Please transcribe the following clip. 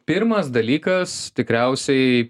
pirmas dalykas tikriausiai